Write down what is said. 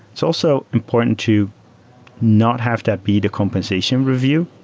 it's also important to not have to be the compensation review,